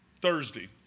Thursday